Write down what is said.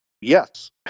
yes